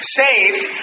saved